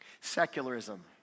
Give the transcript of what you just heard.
Secularism